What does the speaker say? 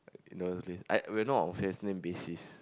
in the first place I we are not on first name basis